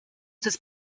des